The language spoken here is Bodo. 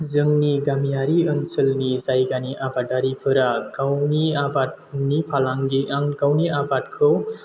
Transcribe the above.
जोंनि गामियारि ओनसोलनि जायगानि आबादारिफोरा गावनि आबादखौ